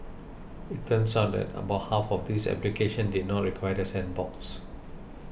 it turns out that about half of these applications did not require the sandbox